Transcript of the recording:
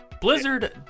Blizzard